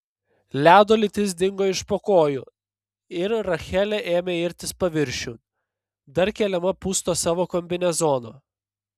ledo lytis dingo iš po kojų ir rachelė ėmė irtis paviršiun dar keliama pūsto savo kombinezono